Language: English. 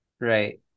Right